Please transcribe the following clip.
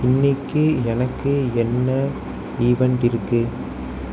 இன்றைக்கு எனக்கு என்ன ஈவென்ட் இருக்குது